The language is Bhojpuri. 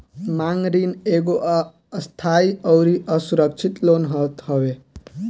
मांग ऋण एगो अस्थाई अउरी असुरक्षित लोन होत हवे